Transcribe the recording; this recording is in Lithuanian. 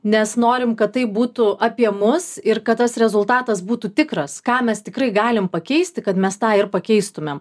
nes norim kad tai būtų apie mus ir kad tas rezultatas būtų tikras ką mes tikrai galim pakeisti kad mes tą ir pakeistumėm